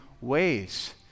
ways